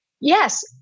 yes